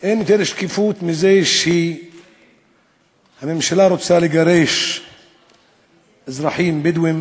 אין יותר שקיפות מזה שהממשלה רוצה לגרש אזרחים בדואים